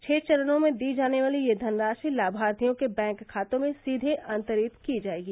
छः चरणों में दी जाने वाली यह धनराशि लामार्थियों के बैंक खातों में सीधे अन्तरित की जायेगी